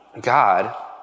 God